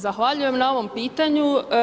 Zahvaljujem na ovom pitanju.